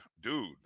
dude